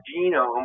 genome